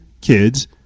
kids